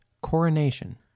coronation